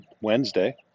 Wednesday